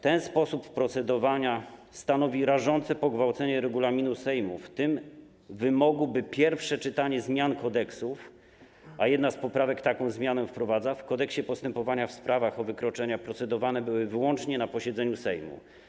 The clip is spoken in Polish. Ten sposób procedowania stanowi rażące pogwałcenie regulaminu Sejmu, w tym wymogu, by pierwsze czytanie zmian kodeksów - a jedna z poprawek taką zmianę wprowadza w Kodeksie postępowania w sprawach o wykroczenia - procedowane były wyłącznie na posiedzeniu Sejmu.